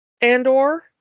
Andor